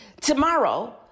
tomorrow